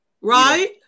right